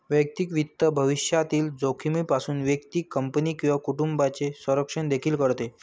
वैयक्तिक वित्त भविष्यातील जोखमीपासून व्यक्ती, कंपनी किंवा कुटुंबाचे संरक्षण देखील करते